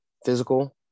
physical